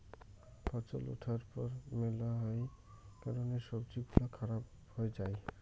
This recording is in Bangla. ফছল উঠার পর মেলহাই কারণে সবজি গুলা খারাপ হই যাই